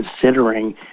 considering